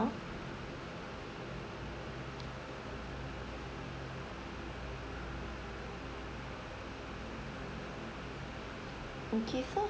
okay so